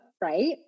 right